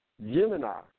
Gemini